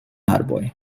arboj